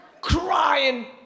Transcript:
crying